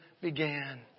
began